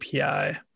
API